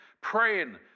praying